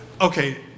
Okay